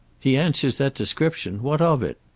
he answers that description. what of it?